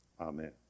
Amen